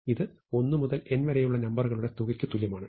ഇത് 1 മുതൽ n വരെയുള്ള നമ്പറുകളുടെ തുകയ്ക്ക് തുല്യമാണ്